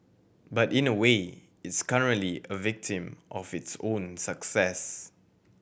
but in a way it's currently a victim of its own success